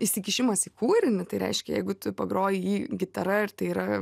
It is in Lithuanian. įsikišimas į kūrinį tai reiškia jeigu tu pagroji jį gitara ir tai yra